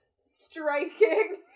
striking